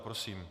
Prosím.